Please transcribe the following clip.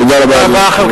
תודה רבה, אדוני היושב-ראש.